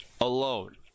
alone